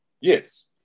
Yes